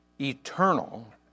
eternal